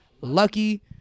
lucky